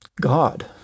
God